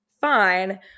fine